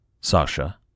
Sasha